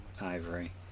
Ivory